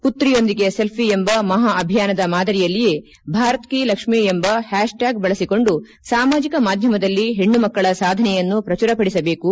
ಪುತ್ರಿಯೊಂದಿಗೆ selfie ಎಂಬ ಮಹಾ ಅಭಿಯಾನದ ಮಾದರಿಯಲ್ಲಿಯೇ ಭಾರತ್ ಕಿ ಲಕ್ಷ್ಣಿ ಎಂಬ ಹ್ವಾತ್ ಟ್ವಾಗ್ ಬಳಸಿಕೊಂಡು ಸಾಮಾಜಿಕ ಮಾಧ್ಯಮದಲ್ಲಿ ಹೆಣ್ಣು ಮಕ್ಕಳ ಸಾಧನೆಯನ್ನು ಪ್ರಚುರಪಡಿಸಬೇಕು